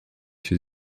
się